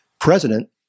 president